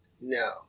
No